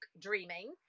dreaming